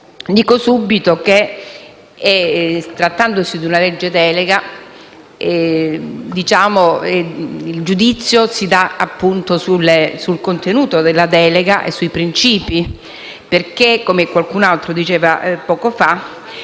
dico subito che, trattandosi di una legge delega, il giudizio si dà sul contenuto della delega e sui principi, perché, come qualcuno ha detto poco fa,